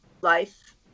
life